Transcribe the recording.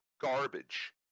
garbage